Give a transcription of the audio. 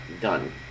done